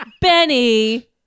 Benny